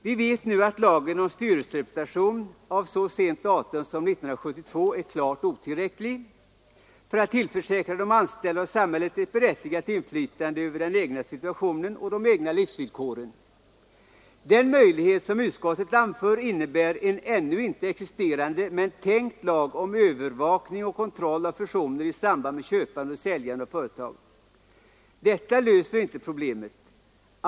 Vi vet nu att lagen om styrelserepresentation av så sent datum som 1972 är klart otillräcklig för att tillförsäkra de anställda och samhället ett berättigat inflytande över den egna situationen och de egna livsvillkoren. Den möjlighet som utskottet anför innebär en ännu inte existerande men tänkt lag om övervakning och kontroll av fusioner i samband med köpande och säljande av företag. Detta löser inte problemet.